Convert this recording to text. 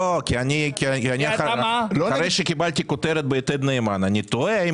אחרי שקיבלתי כותרת ב"יתד נאמן" אני תוהה אם